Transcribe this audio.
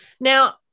Now